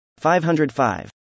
505